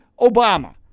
Obama